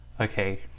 Okay